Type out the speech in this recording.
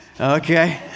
Okay